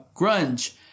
grunge